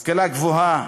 השכלה גבוהה,